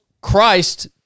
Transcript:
Christ